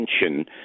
attention